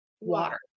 water